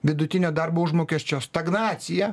vidutinio darbo užmokesčio stagnaciją